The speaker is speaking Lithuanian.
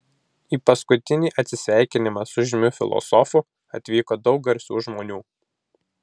į paskutinį atsisveikinimą su žymiu filosofu atvyko daug garsių žmonių